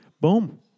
boom